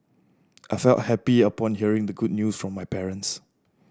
I felt happy upon hearing the good news from my parents